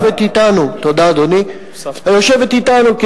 היושבת אתנו,